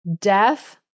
death